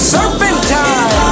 Serpentine